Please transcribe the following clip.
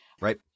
Right